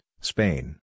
Spain